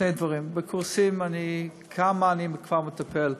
שני דברים: בקורסים, בכמה אני כבר מטפל.